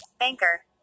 Anchor